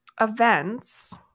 events